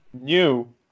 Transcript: new